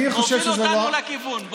הוא מוביל אותנו לכיוון.